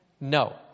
no